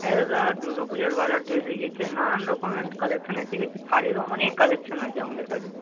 হ্যাঁ দাদা দুর্গা পূজার বাজার তো এসেই গেছে নানান রকমের কালেকশান এসে গেছে শাড়িরও অনেক কালেকশান আছে আমাদের কাছে